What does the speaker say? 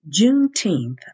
Juneteenth